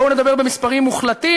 בואו נדבר במספרים מוחלטים.